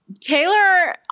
Taylor